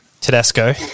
Tedesco